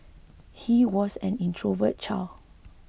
he was an introverted child